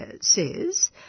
says